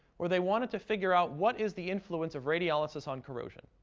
where they wanted to figure out what is the influence of radiolysis on corrosion?